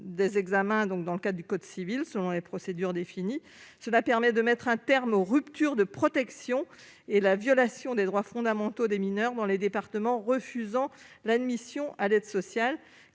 les examens selon la procédure définie dans le code civil. Cela permet de mettre un terme aux ruptures de protection et à la violation des droits fondamentaux des mineurs dont les départements refusent l'admission à l'aide sociale